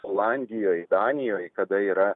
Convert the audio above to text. olandijoj danijoj kada yra